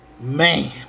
Man